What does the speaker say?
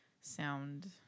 sound